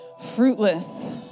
fruitless